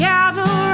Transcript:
Gather